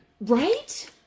right